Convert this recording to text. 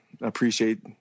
appreciate